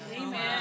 Amen